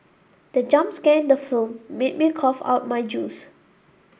the jump scare in the film made me cough out my juice